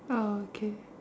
okay